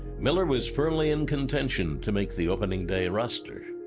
miller was firmly in contention to make the opening day roster.